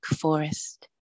forest